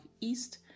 East